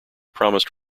promised